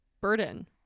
burden